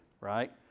right